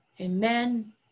Amen